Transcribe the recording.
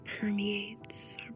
Permeates